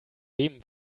dem